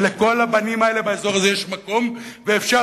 ולכל הבנים האלה באזור הזה יש מקום ואפשר